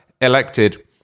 elected